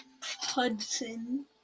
Hudson